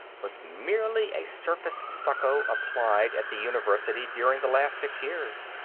was merely a surface stucco applied at the university during the last six years.